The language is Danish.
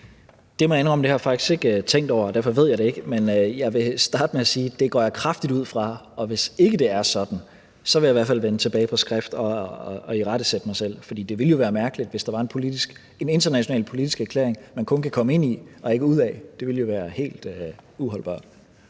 Det må jeg indrømme at jeg faktisk ikke har tænkt over, og derfor ved jeg det ikke. Men jeg vil starte med at sige, at det går jeg kraftigt ud fra, og hvis ikke det er sådan, vil jeg i hvert fald vende tilbage på skrift og irettesætte mig selv. For det ville jo være mærkeligt, hvis der var en international politisk erklæring, man kun kunne komme ind i og ikke ud af. Det ville jo være helt uholdbart.